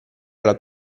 alla